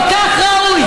כל כך ראוי.